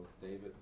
David